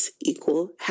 equal